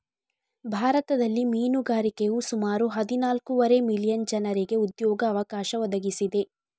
ಭಾರತದಲ್ಲಿ ಮೀನುಗಾರಿಕೆಯು ಸುಮಾರು ಹದಿನಾಲ್ಕೂವರೆ ಮಿಲಿಯನ್ ಜನರಿಗೆ ಉದ್ಯೋಗ ಅವಕಾಶ ಒದಗಿಸಿದೆ